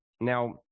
Now